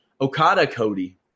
Okada-Cody